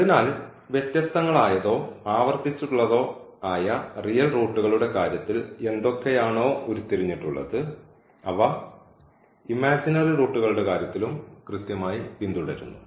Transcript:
അതിനാൽ വ്യത്യസ്തങ്ങളായതോ ആവർത്തിച്ചുള്ളതോ ആയ റിയൽ റൂട്ടുകളുടെ കാര്യത്തിൽ എന്തൊക്കെയാണോ ഉരുത്തിരിഞ്ഞിട്ടുള്ളത് അവ ഇമാജിനറി റൂട്ടുകകളുടെ കാര്യത്തിലും കൃത്യമായി പിന്തുടരുന്നു